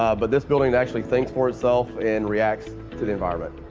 ah but this building, it actually thinks for itself and reacts to the environment.